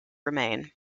remain